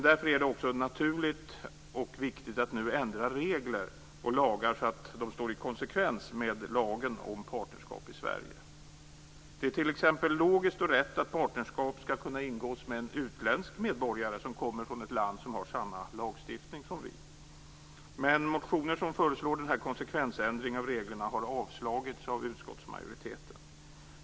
Därför är det också naturligt och viktigt att nu ändra regler och lagar så att de står i konsekvens med lagen om partnerskap i Sverige. Det är t.ex. logiskt och rätt att partnerskap skall kunna ingås med en utländsk medborgare som kommer från ett land som har samma lagstiftning som vi. Men motioner som föreslår den konsekvensändringen av reglerna har avstyrkts av utskottsmajoriteten.